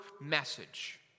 message